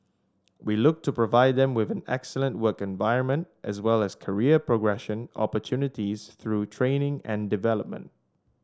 we look to provide them with an excellent work environment as well as career progression opportunities through training and development